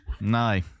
No